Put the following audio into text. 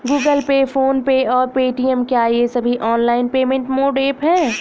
Google Pay PhonePe और Paytm क्या ये सभी ऑनलाइन पेमेंट मोड ऐप हैं?